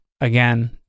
again